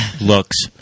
looks